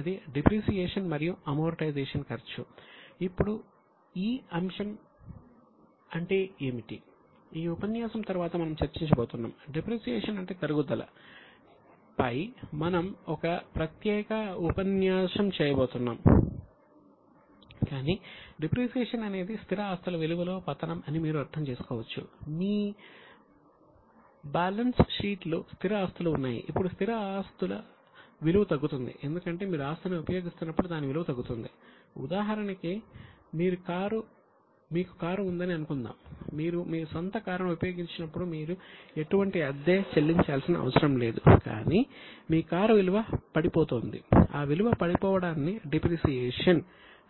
అది డిప్రిసియేషన్